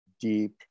deep